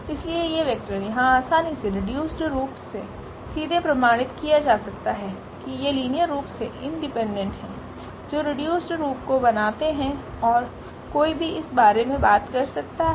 इसलिए ये वेक्टर यहां आसानी से रीडयुस्ड रूप से सीधे प्रमाणित किया जा सकता हैं कि ये लीनियर रूप से इंडिपेंडेंट है जो रीडयुस्ड रूप को बनाते हैं कोई भी इस बारे में बात कर सकता हैं